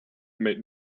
made